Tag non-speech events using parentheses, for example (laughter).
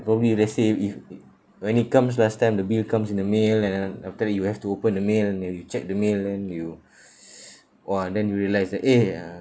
probably let's say if when it comes last time the bill comes in the mail and then after that you have to open the mail and then you check the mail and you (breath) !wah! then you realise that eh uh